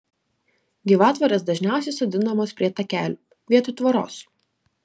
gyvatvorės dažniausiai sodinamos prie takelių vietoj tvoros